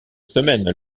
semaine